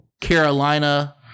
Carolina